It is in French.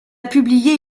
publié